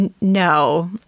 no